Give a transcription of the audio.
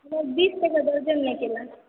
बीस टके दर्जन यऽ केला